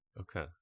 Okay